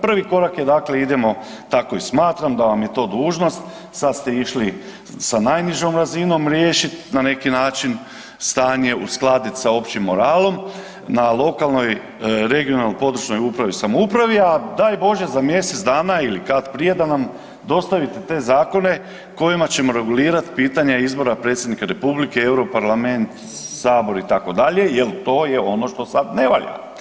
Prvi korak je dakle idemo, tako i smatram, da vam je to dužnost, sad ste išli na najnižom razinom riješiti, na neki način stanje uskladiti sa općim moralom, na lokalnoj, regionalnoj, područnoj upravi i samoupravi, a daj Bože, za mjesec dana ili kad prije da nam dostavite te zakone kojima ćemo regulirati pitanje izbora predsjednika republike, Europarlament, Sabor, itd., jer to je ono što sad ne valja.